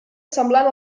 semblant